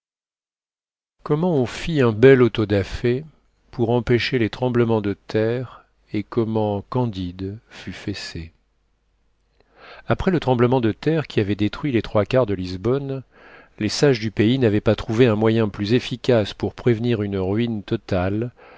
comment on fit un bel auto da fé pour empêcher les tremblements de terre et comment candide fut fessé après le tremblement de terre qui avait détruit les trois quarts de lisbonne les sages du pays n'avaient pas trouvé un moyen plus efficace pour prévenir une ruine totale